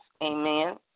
Amen